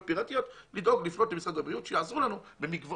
פירטיות לדאוג ולפנות למשרד הבריאות שיעזרו לנו במקוואות,